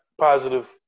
positive